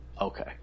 Okay